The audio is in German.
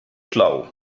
schlau